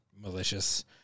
malicious